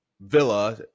Villa